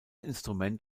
instrument